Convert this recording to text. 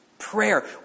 Prayer